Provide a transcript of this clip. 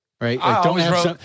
right